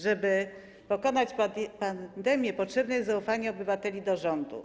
Żeby pokonać pandemię, potrzebne jest zaufanie obywateli do rządu.